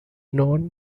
known